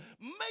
make